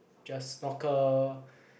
just snorkel